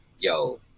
yo